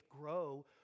grow